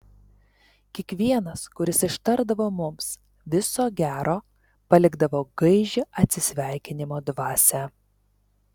kiekvienas kuris ištardavo mums viso gero palikdavo gaižią atsisveikinimo dvasią